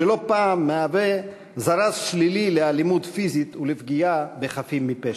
שלא פעם מהווה זרז שלילי לאלימות פיזית ולפגיעה בחפים מפשע.